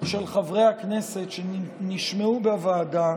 של חברי הכנסת שנשמעו בוועדה